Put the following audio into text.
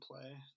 play